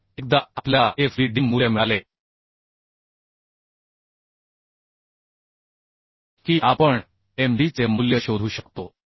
तर एकदा आपल्याला f b d मूल्य मिळाले की आपण m d चे मूल्य शोधू शकतो